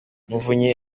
muvunyi